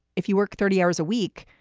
if you work thirty hours a week,